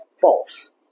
false